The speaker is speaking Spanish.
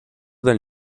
del